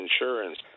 insurance